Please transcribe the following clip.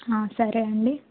సరే అండి